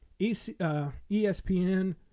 ESPN